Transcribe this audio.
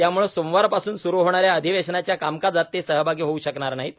त्यामुळे सोमवार पासून सुरू होणाऱ्या अदिवेशनाच्या कामकाजात ते सहभागी होऊ शकणार नाहीत